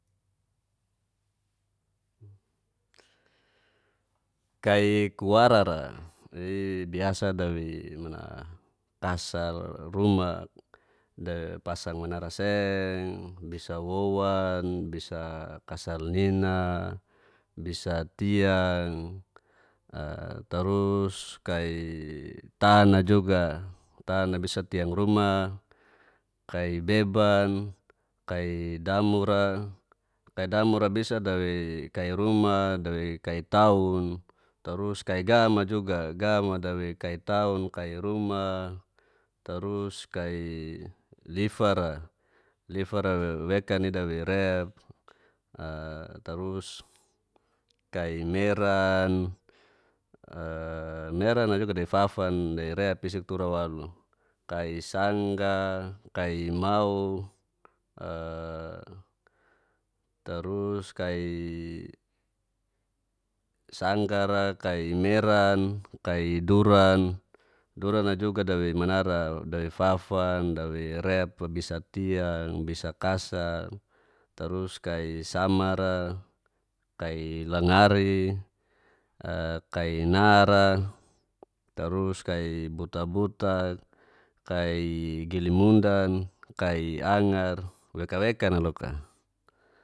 Kai kuwara ra, i biasa dawei mana kasal ruma dawei pasang manara seng, bisawowan bisa kasalnina bisa tiang a tarus kai tan a juga tan a bisa tiang ruma kai beban kai damur ra, kai damura bisa dawei kai ruma dawei kai taun tarus kai gam ma juga gam a dawei kai taun kai ruma tarus kai lifa ra lifa ra lekan i dawei rep a tarus kai meran, a meran ajuga nawei fafan dawei rep isi tura waluk kai sangga kai mau a tarus kai sanggar, ra kai meran, kai duran, duran a juga nawei manara dawei fafan dawei rep bisa tiang bisa kasang tarus kai samar ra kai langari, a kai nar ra, tarus kai buta butak, kai gelimundan, kai angar, wekan wekan mo loka.